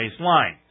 baseline